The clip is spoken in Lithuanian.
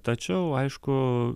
tačiau aišku